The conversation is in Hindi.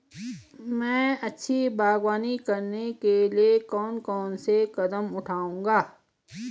मैं अच्छी बागवानी करने के लिए कौन कौन से कदम बढ़ाऊंगा?